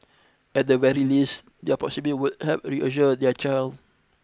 at the very least their proximity would help reassure their child